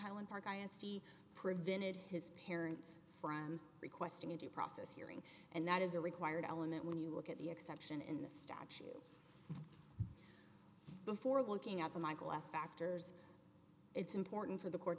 highland park honesty prevented his parents from requesting a due process hearing and that is a required element when you look at the exception in the statute before looking at the michael f factors it's important for the court